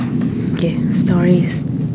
okay stories